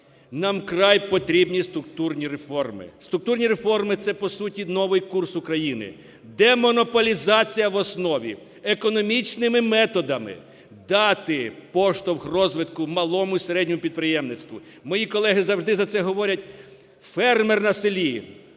Нам вкрай потрібні структурні реформи, структурні реформи – це, по суті, новий курс України, демонополізація в основі, економічними методами дати поштовх розвитку малому і середньому підприємництву. Мої колеги завжди за це говорять. Фермер на селі